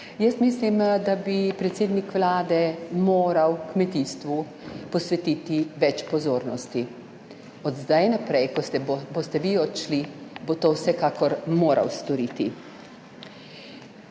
mislim, da bi predsednik vlade moral kmetijstvu posvetiti več pozornosti. Od zdaj naprej, ko boste vi odšli, bo to vsekakor moral storiti.